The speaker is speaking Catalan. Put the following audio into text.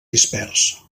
dispers